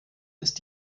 ist